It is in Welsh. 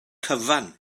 cyfan